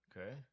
okay